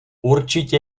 určitě